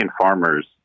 farmers